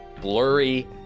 blurry